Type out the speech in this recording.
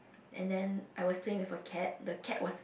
and then I was playing with a cat the cat was